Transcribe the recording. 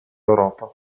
europa